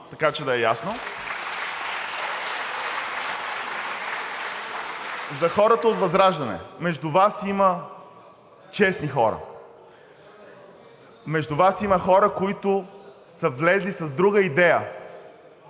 Така че да е ясно. За хората от „Има такъв народ“. Между Вас има честни хора. Между Вас има хора, които са влезли с друга идея